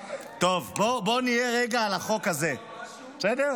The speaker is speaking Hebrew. טוב, בואו נהיה רגע על החוק הזה, בסדר?